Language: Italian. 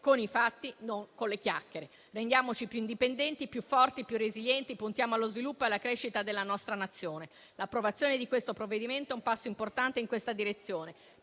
con i fatti, non con le chiacchiere. Rendiamoci più indipendenti, più forti, più resilienti. Puntiamo allo sviluppo e alla crescita della nostra Nazione. L'approvazione di questo provvedimento è un passo importante in questa direzione.